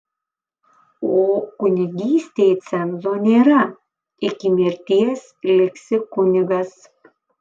o kunigystei cenzo nėra iki mirties liksi kunigas